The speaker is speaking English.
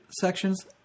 sections